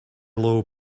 low